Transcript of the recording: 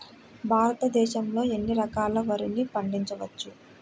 భారతదేశంలో ఎన్ని రకాల వరిని పండించవచ్చు